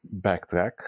backtrack